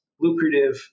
lucrative